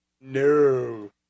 No